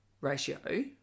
ratio